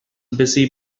busy